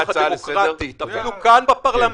אפילו כאן בפרלמנט,